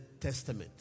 Testament